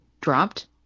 dropped